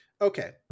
Okay